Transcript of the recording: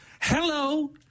Hello